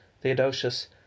Theodosius